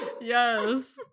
Yes